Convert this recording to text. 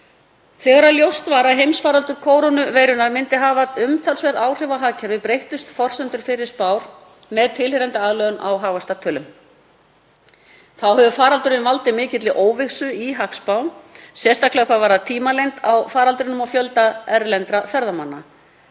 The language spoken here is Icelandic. Þegar ljóst var að heimsfaraldur kórónuveiru hefði umtalsverð áhrif á hagkerfið breyttust forsendur fyrri spár með tilheyrandi aðlögun á hagvaxtartölum. Þá hefur faraldurinn valdið mikilli óvissu í hagspám, sérstaklega hvað varðar tímalengd á faraldrinum og fjölda erlendra ferðamanna.